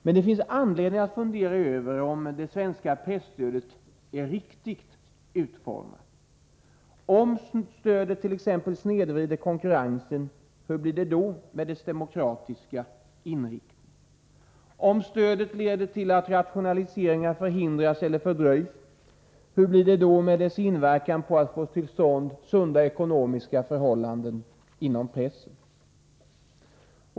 Men det finns anledning att fundera över om det svenska presstödet är riktigt utformat. Om stödet t.ex. snedvrider konkurrensen, hur blir det då med dess demokratiska inriktning? Om stödet leder till att rationaliseringar förhindras eller fördröjs, hur går det då med möjligheten att få till stånd sunda ekonomiska förhållanden inom pressen?